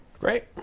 Great